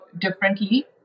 differently